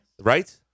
Right